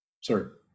sir